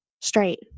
straight